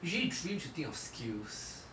usually dreams should think of skills